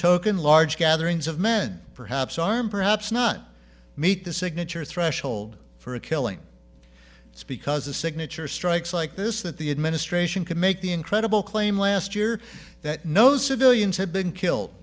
token large gatherings of men perhaps armed perhaps not meet the signature threshold for a killing it's because a signature strikes like this that the administration can make the incredible claim last year that no civilians had been killed